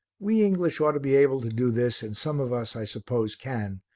we english ought to be able to do this and some of us, i suppose, can,